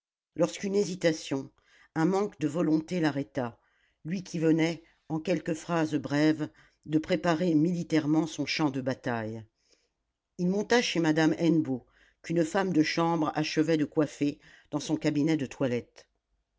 lorsqu'une hésitation un manque de volonté l'arrêta lui qui venait en quelques phrases brèves de préparer militairement son champ de bataille il monta chez madame hennebeau qu'une femme de chambre achevait de coiffer dans son cabinet de toilette